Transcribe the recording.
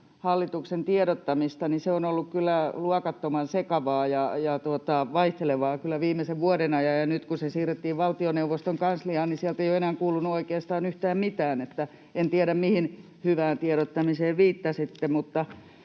hallituksen tiedottamista. Se on ollut kyllä luokattoman sekavaa ja vaihtelevaa viimeisen vuoden ajan, ja nyt kun se siirrettiin valtioneuvoston kansliaan, niin sieltä ei ole enää kuulunut oikeastaan yhtään mitään. En tiedä, mihin hyvään tiedottamiseen viittasitte.